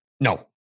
No